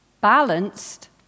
balanced